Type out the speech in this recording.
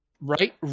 Right